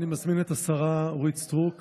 אני מזמין את השרה אורית סטרוק